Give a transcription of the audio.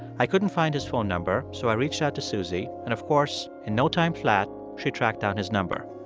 i couldn't find his phone number, so i reached out to susie. and of course, in no time flat, she tracked down his number.